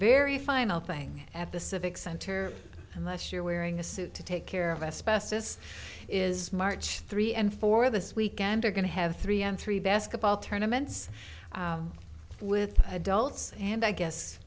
very final thing at the civic center unless you're wearing a suit to take care of a spouse is is march three and four this weekend are going to have three on three basketball tournaments with adults and i guess